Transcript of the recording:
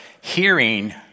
hearing